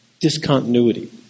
discontinuity